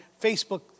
Facebook